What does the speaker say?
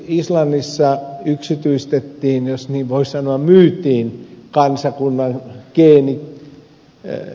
islannissa yksityistettiin jos niin voi sanoa myytiin kansakunnan geenitieto